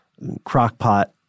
crockpot